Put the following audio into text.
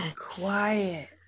quiet